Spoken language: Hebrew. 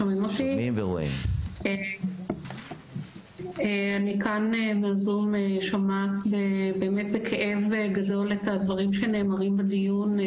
אני שומעת כאן בזום באמת בכאב גדול את הדברים שנאמרים בדיון.